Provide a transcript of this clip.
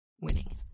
winning